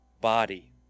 body